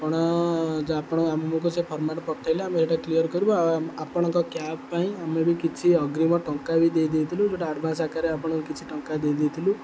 ଆପଣ ଆପଣ ଆମକୁ ସେ ଫର୍ମାଟ୍ ପଠାଇଲେ ଆମେ ସେଇଟା କ୍ଲିୟର୍ କରିବୁ ଆପଣଙ୍କ କ୍ୟାବ୍ ପାଇଁ ଆମେ ବି କିଛି ଅଗ୍ରୀମ ଟଙ୍କା ବି ଦେଇ ଦେଇଥିଲୁ ଯେଉଁଟା ଆଡ଼ଭାନ୍ସ ଆକାରରେ ଆପଣଙ୍କୁ କିଛି ଟଙ୍କା ଦେଇ ଦେଇଥିଲୁ